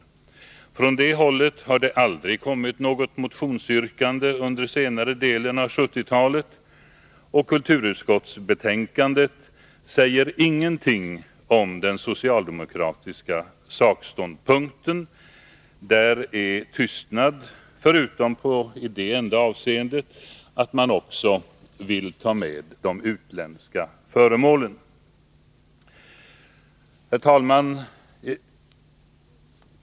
Under senare delen av 1970-talet har det aldrig kommit något motionsyrkande från socialdemokratiskt håll, och i kulturutskottets betänkande sägs det ingenting om den socialdemokratiska sakståndpunkten. Där nämns ingenting — bara detta att man också vill ta med de utländska föremålen. Herr talman!